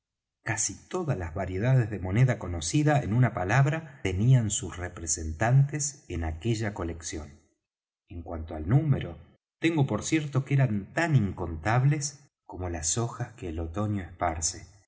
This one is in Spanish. casi todas las variedades de moneda conocida en una palabra tenían sus representantes en aquella colección en cuanto al número tengo por cierto que eran tan incontables como las hojas que el otoño esparce